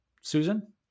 Susan